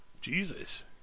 Jesus